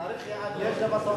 תאריך יעד יש למשא-ומתן?